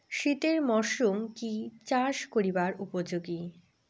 শীতের মরসুম কি চাষ করিবার উপযোগী?